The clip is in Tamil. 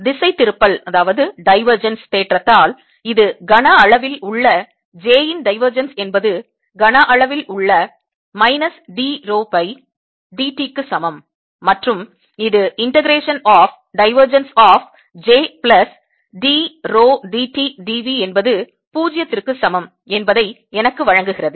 திசைதிருப்பல் தேற்றத்தால் இது கன அளவில் உள்ள j இன் டைவர்ஜென்ஸ் என்பது கன அளவில் உள்ள minus d rho by d t க்கு சமம் மற்றும் இது integration of divergence of j plus d rho d t d v என்பது 0க்கு சமம் என்பதை எனக்கு வழங்குகிறது